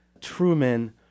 Truman